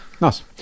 Nice